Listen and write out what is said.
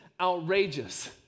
outrageous